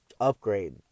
upgrade